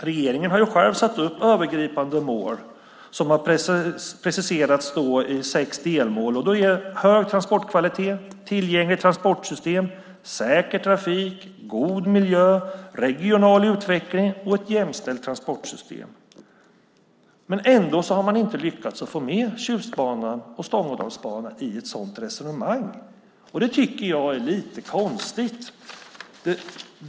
Regeringen har själv satt upp övergripande mål som har preciserats i följande sex delmål: Hög transportkvalitet, tillgängligt transportsystem, säker trafik, god miljö, regional utveckling och ett jämställt transportsystem. Ändå har man inte lyckats få med Tjustbanan och Stångådalsbanan i ett sådant resonemang, och det tycker jag är lite konstigt.